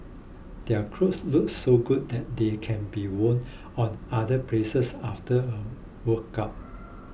their clothes look so good that they can be worn other places after a workout